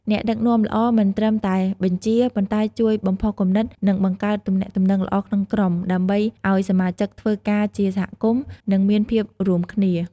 អ្នកដឹកនាំល្អមិនត្រឹមតែបញ្ជា ប៉ុន្តែជួយបំផុសគំនិត និងបង្កើតទំនាក់ទំនងល្អក្នុងក្រុម ដើម្បីឲ្យសមាជិកធ្វើការជាសហគមន៍ និងមានភាពរួមគ្នា។